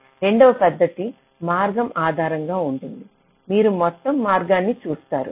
రెండవ పద్ధతి మార్గం ఆధారంగా ఉంటుంది మీరు మొత్తం మార్గాన్ని చూస్తారు